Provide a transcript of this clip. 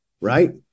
right